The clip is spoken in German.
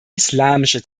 islamische